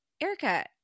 Erica